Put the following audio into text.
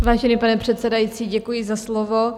Vážený pane předsedající, děkuji za slovo.